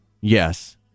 yes